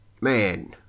man